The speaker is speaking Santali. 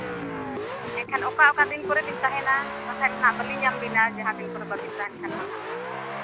ᱦᱳᱭ ᱮᱱᱠᱷᱟᱱ ᱚᱠᱟ ᱚᱠᱟ ᱫᱤᱱ ᱠᱚᱨᱮ ᱵᱤᱱ ᱛᱟᱦᱮᱱᱟ ᱵᱟᱠᱷᱟᱡ ᱫᱚ ᱦᱟᱸᱜ ᱵᱟᱹᱞᱤᱧ ᱧᱟᱢ ᱵᱤᱱᱟ ᱡᱟᱦᱟᱸ ᱫᱤᱱ ᱠᱚᱨᱮᱜ ᱵᱟᱹᱵᱤᱱ ᱛᱟᱦᱮᱱ ᱫᱚ ᱦᱟᱸᱜ